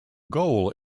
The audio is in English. goal